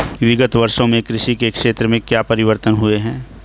विगत वर्षों में कृषि के क्षेत्र में क्या परिवर्तन हुए हैं?